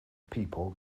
people